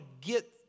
get